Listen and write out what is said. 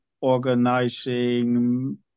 organizing